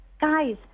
Guys